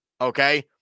Okay